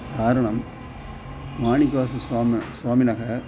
कारणं माणिकास स्वामी स्वामिनः